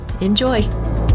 Enjoy